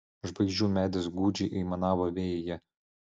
žvaigždžių medis gūdžiai aimanavo vėjyje